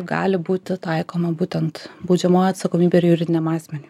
gali būti taikoma būtent baudžiamoji atsakomybė ir juridiniam asmeniui